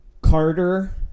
Carter